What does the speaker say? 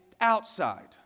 outside